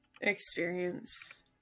experience